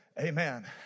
Amen